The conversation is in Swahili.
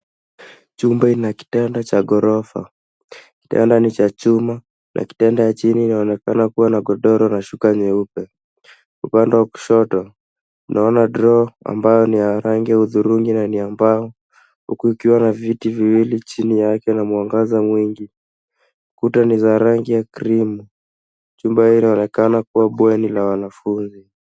Chumba ina kitanda cha ghorofa. Kitanda ni cha chuma na kitanda ya chini inaonekana kuwa na godoro na shuka nyeupe. Upande wa kushoto, naona draw ambayo ni ya rangi ya hudhurungi na ni ya mbao, huku ikiwa na viti viwili chini yake na mwangaza mwingi. Kuta ni za rangi ya cream . Chumba hili inaonekana kuwa bweni la wanafunzi.